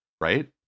right